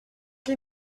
que